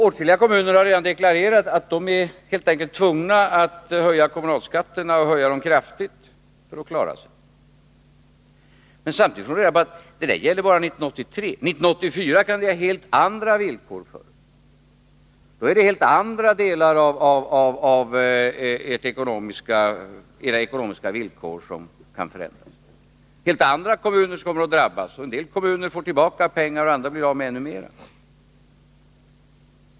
Åtskilliga kommuner har redan deklarerat att de för att klara sig helt enkelt blir tvungna att höja kommunalskatterna — och höja dem kraftigt. Men samtidigt får de reda på att provisoriet bara gäller 1983. 1984 kan helt andra villkor gälla för dem. Då kan helt andra delar av de ekonomiska förutsättningarna förändras. Det innebär att helt andra kommuner då kan komma att drabbas. En del kommuner kan då få tillbaka pengar och andra bli av med ännu mera.